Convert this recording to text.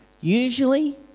usually